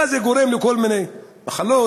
ואז זה גורם לכל מיני מחלות,